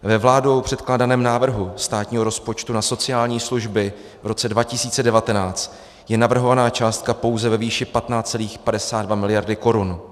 Ve vládou předkládaném návrhu státního rozpočtu na sociální služby v roce 2019 je navrhována částka pouze ve výši 15,52 miliardy korun.